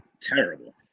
terrible